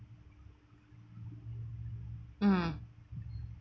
mm